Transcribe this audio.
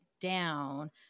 down